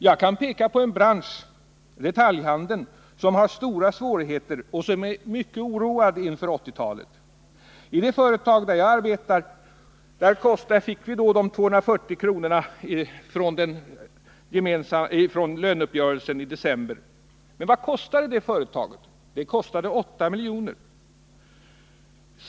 Jag kan peka på en bransch, detaljhandeln, som har stora svårigheter och som är mycket oroad inför 1980-talet. I det företag där jag arbetar fick varje anställd 240 kr. från löneuppgörelsen i december. Men vad kostar detta företaget? Jo, 8 milj.kr.